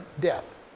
death